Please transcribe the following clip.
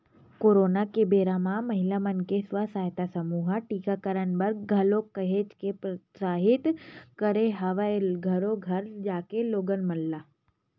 corona के बेरा म महिला मन के स्व सहायता समूह ह टीकाकरन बर घलोक काहेच के प्रोत्साहित करे हवय घरो घर जाके लोगन मन ल